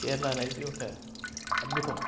కేరళ అనేది ఒక అద్భుతం